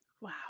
Wow